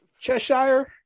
Cheshire